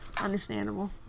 Understandable